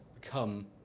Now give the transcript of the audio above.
become